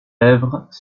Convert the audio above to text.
lèvres